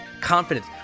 confidence